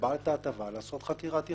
לקבלת ההטבה נכון לעשות חקירת יכולת.